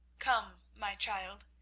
come, my child,